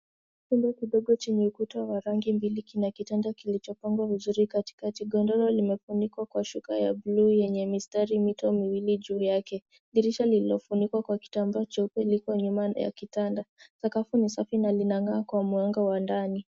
Chumba kidogo chenye ukuta wa rangi mbili kina kitanda kilichopambwa vizuri katikati. Godoro limefunikwa kwa shuka ya buluu yenye mistari mito miwili juu yake. Dirisha lililofunikwa kwa kitambaa cheupe liko nyuma ya kitanda. Sakafu ni safi na lina ngaa kwa mwanga wa ndani.